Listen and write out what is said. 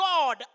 God